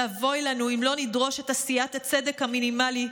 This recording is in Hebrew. ואבוי לנו אם לא נדרוש את עשיית הצדק המינימלי,